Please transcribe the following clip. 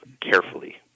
carefully